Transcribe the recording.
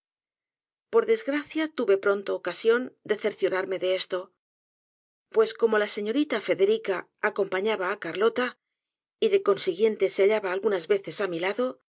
por desgracia tuve pronto ocasión de cerciorarme de esto pues como la señorita federica acompañaba á carlota y de consiguiente se hallaba algunas veces á mi lado